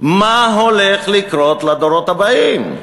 מה הולך לקרות לדורות הבאים.